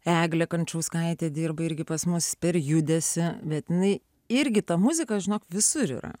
eglė kančauskaitė dirba irgi pas mus per judesį bet jinai irgi ta muzika žinok visur yra